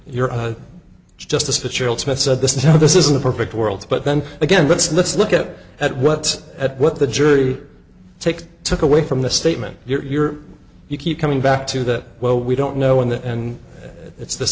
your justice fitzgerald smith said this now this isn't a perfect world but then again let's let's look at it at what at what the jury take took away from the statement you're you keep coming back to that well we don't know when that and that it's th